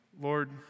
Lord